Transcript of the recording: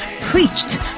preached